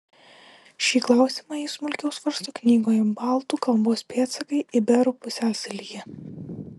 šį klausimą ji smulkiau svarsto knygoje baltų kalbos pėdsakai iberų pusiasalyje